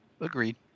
Agreed